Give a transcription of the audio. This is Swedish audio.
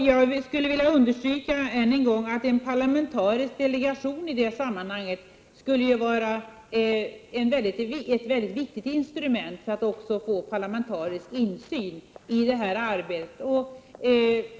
Jag vill än en gång understryka att en parlamentarisk delegation i det sammanhanget skulle vara ett väldigt viktigt instrument för att också få parlamentarisk insyn i detta arbete.